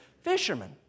Fishermen